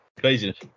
craziness